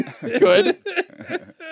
good